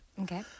Okay